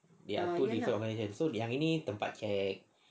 they are two different organisations so yang ini tempat check